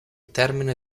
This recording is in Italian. termine